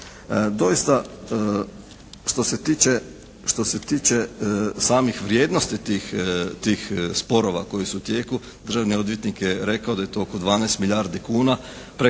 tiče, što se tiče samih vrijednosti tih, tih sporova koji su u tijeku državni odvjetnik je rekao da je to oko 12 milijardi kuna. Preko